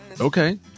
Okay